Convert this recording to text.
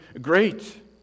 great